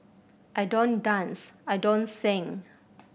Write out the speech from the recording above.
I don't dance I don't sing